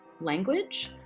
language